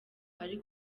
ari